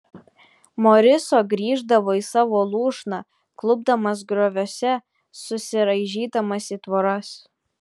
moriso grįždavo į savo lūšną klupdamas grioviuose susiraižydamas į tvoras